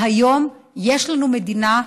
והיום יש לנו מדינה,